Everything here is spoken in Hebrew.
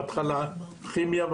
בהתחלה כימיה,